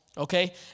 Okay